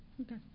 Okay